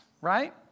Right